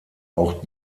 auch